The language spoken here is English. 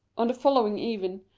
on the following even,